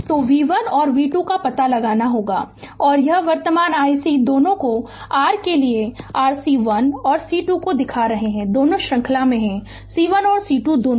तो v1 और v2 का पता लगाना होगा और यह वर्तमान iC दोनों को r के लिए RC1 और C2 को दिखा रहा है दोनों श्रृंखला में हैं C1 और C2 दोनों